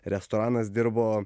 restoranas dirbo